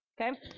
Okay